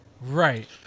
Right